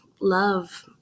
love